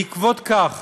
בעקבות כך